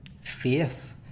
faith